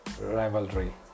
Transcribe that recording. rivalry